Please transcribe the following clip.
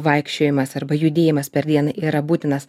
vaikščiojimas arba judėjimas per dieną yra būtinas